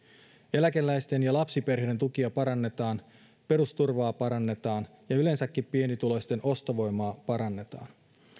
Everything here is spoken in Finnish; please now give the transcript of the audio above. eläkeläisten ja lapsiperheiden tukia parannetaan perusturvaa parannetaan ja yleensäkin pienituloisten ostovoimaa parannetaan